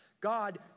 God